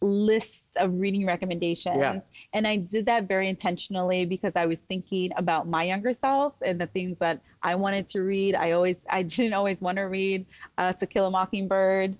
lists of reading recommendations. and i did that very intentionally, because i was thinking about my younger self and the things that i wanted to read. i always i didn't always want to read to kill a mockingbird.